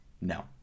No